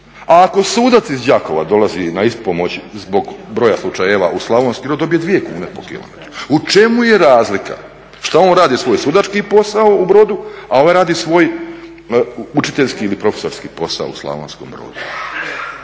a ako sudac iz Đakova dolazi na ispomoć zbog broja slučajeva u Slavonski Brod, dobije 2 kune po kilometru. U čemu je razlika? Što on radi svoj sudački posao u Brodu, a ovaj radi svoj učiteljski ili profesorski posao u Slavonskom Brodu.